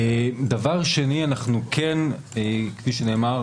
דבר שני, כפי שנאמר,